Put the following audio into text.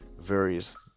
various